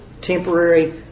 temporary